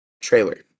trailer